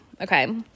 Okay